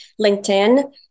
LinkedIn